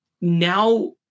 now